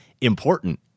important